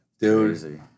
Dude